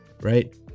Right